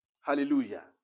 Hallelujah